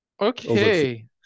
Okay